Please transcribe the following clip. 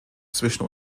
zwischen